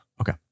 Okay